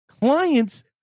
clients